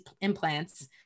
implants